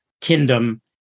kingdom